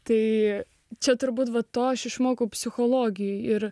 tai čia turbūt va to aš išmokau psichologiją ir